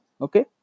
okay